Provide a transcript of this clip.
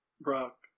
Brock